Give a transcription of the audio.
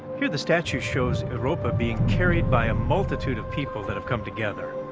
here the statue shows europa being carried by a multitude of people that have come together.